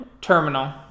terminal